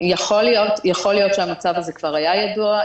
יכול להיות שהמצב הזה כבר היה ידוע,